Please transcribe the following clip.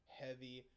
heavy